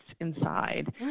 inside